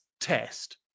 test